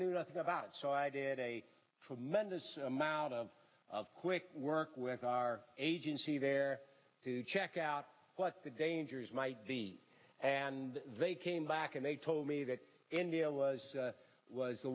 do nothing about it so i did a tremendous amount of quick work with our agency there to check out what the dangers might be and they came back and they told me that india was was the